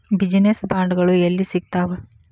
Business ಬಾಂಡ್ಗಳು ಯೆಲ್ಲಿ ಸಿಗ್ತಾವ?